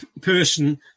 person